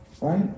Right